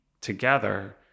together